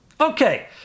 Okay